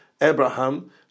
Abraham